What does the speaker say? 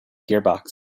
gearbox